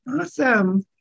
awesome